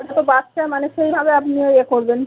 ওটা তো বাচ্চা মানে সেইভাবে আপনি ইয়ে করবেন